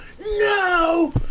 no